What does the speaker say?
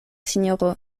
sinjoro